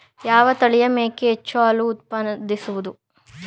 ಯಾವ ತಳಿಯ ಮೇಕೆ ಹೆಚ್ಚು ಹಾಲು ಉತ್ಪಾದಿಸುತ್ತದೆ?